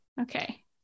Okay